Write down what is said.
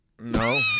No